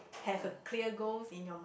have a clear goals in your